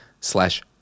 slash